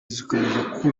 zikomeje